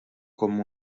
com